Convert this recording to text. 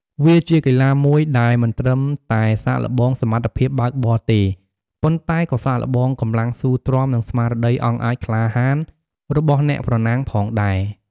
វាជាកីឡាមួយដែលមិនត្រឹមតែសាកល្បងសមត្ថភាពបើកបរទេ ប៉ុន្តែក៏សាកល្បងកម្លាំងស៊ូទ្រាំ និងស្មារតីអង់អាចក្លាហានរបស់អ្នកប្រណាំងផងដែរ។